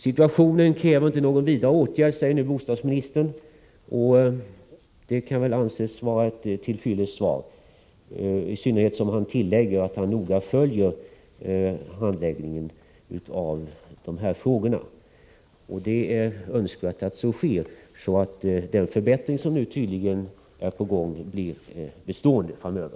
Situationen kräver inte någon vidare åtgärd, säger bostadsministern i sitt svar. Det beskedet kan väl anses vara till fyllest, i synnerhet som bostadsministern tillägger att han noga följer utvecklingen av denna fråga. Det är önskvärt att så sker, så att den förbättring som nu tydligen är på gång blir bestående.